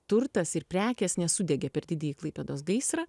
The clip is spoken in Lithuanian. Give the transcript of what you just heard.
turtas ir prekės nesudegė per didįjį klaipėdos gaisrą